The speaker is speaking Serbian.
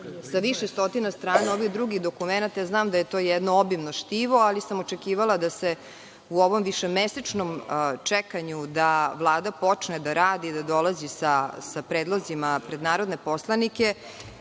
ima više od 700 strana, znam da je to jedno obimno štivo, ali sam očekivala da se u ovom višemesečnom čekanju da Vlada počne da radi i da dolazi sa predlozima pred narodne poslanike,